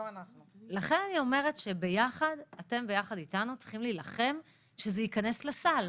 לכן אני אומרת שאתם ביחד איתנו צריכים להילחם שזה ייכנס לסל.